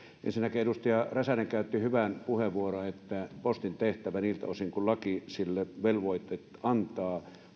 ensinnäkin edustaja räsänen käytti hyvän puheenvuoron siitä että postin tehtävien on toimittava kunnolla niiltä osin kuin laki sille velvoitteet antaa